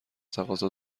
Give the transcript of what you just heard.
تقاضا